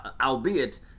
Albeit